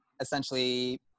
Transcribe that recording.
essentially